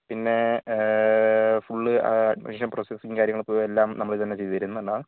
പിന്നേ full admission പ്രോസസ്സും കാര്യങ്ങൾക്കും എല്ലാം നമ്മൾ ഇതുതന്നെ ചെയ്ത് തരുന്നത് എന്നാൽ